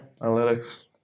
analytics